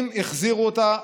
אם החזירו אותה,